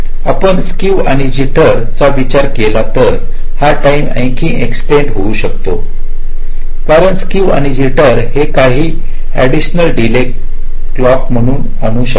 आपण स्केव आणि जिटर चा विचार केला तर हा टाईम आणखी एक्सटेन्ड होऊ शकतो कारण स्केव आणि जिटर हे काही एडिशनल डिले क्लॉक मध्ये आणू शकतात